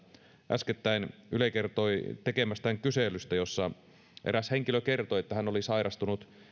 äskettäin yle kertoi tekemästään kyselystä jossa eräs henkilö kertoi että hän oli sairastunut